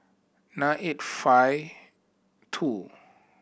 nine eight five two